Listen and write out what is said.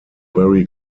very